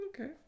okay